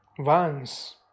vans